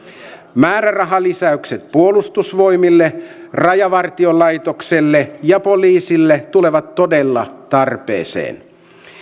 määrärahalisäykset puolustusvoimille rajavartiolaitokselle ja poliisille tulevat todella tarpeeseen